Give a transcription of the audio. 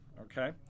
okay